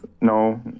no